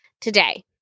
today